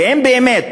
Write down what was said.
ואם באמת